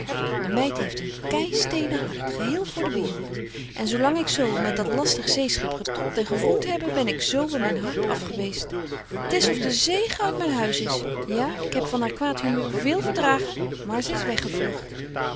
de meid heeft een keisteenen hart geheel voor de waereld en zo lang ik zo met dat lastig zeeschip getobt en gewroet hebbe ben ik zo van myn hart afgeweest t is of de zegen uit myn huis is ja ik heb van haar kwaad humeur veel verdragen maar ze is weg